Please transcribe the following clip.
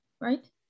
right